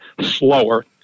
slower